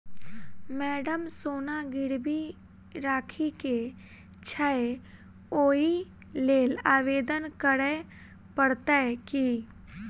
Madam सोना गिरबी राखि केँ छैय ओई लेल आवेदन करै परतै की?